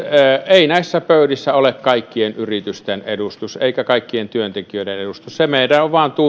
ei näissä pöydissä ole kaikkien yritysten edustus eikä kaikkien työntekijöiden edustus se meidän on vain